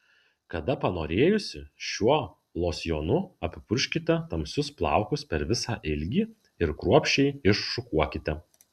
kada panorėjusi šiuo losjonu apipurkškite tamsius plaukus per visą ilgį ir kruopščiai iššukuokite